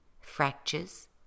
fractures